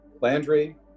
Landry